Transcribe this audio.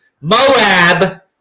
MOAB